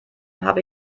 habe